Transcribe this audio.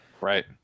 right